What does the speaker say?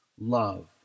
Love